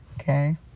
okay